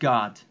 God